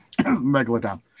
Megalodon